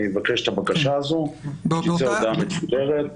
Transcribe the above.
אני אבקש את הבקשה הזאת, שתצא הודעה מסודרת.